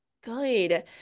Good